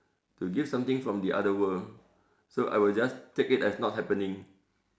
to give something from the other world so I will just take it as not happening